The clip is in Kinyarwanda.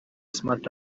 smart